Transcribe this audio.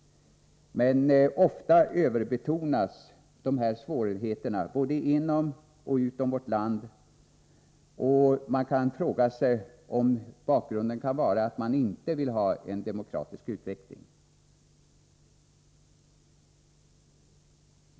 Men ofta överbetonas svårigheterna, både inom och utom vårt land. Man kan fråga sig om bakgrunden är att man inte vill ha en demokratisk utveckling.